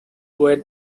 were